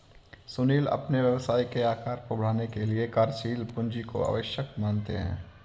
सुनील अपने व्यवसाय के आकार को बढ़ाने के लिए कार्यशील पूंजी को आवश्यक मानते हैं